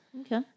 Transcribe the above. Okay